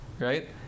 right